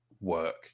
work